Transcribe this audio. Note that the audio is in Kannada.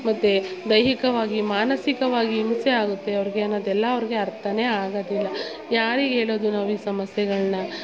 ಮತ್ತೆ ದೈಹಿಕವಾಗಿ ಮಾನಸಿಕವಾಗಿ ಹಿಂಸೆಯಾಗುತ್ತೆ ಅವ್ರಿಗೆ ಅನ್ನೋದೆಲ್ಲ ಅವ್ರಿಗೆ ಅರ್ಥನೇ ಆಗೋದಿಲ್ಲ ಯಾರಿಗೆ ಹೇಳೋದು ನಾವು ಈ ಸಮಸ್ಯೆಗಳನ್ನ